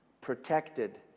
protected